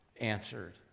answered